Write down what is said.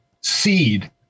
seed